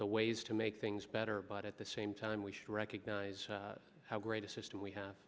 the ways to make things better but at the same time we should recognize how great a system we have